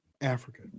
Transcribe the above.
Africa